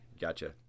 Gotcha